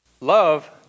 Love